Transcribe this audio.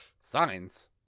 Signs